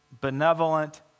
benevolent